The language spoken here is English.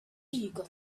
eager